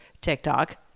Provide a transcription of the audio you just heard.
TikTok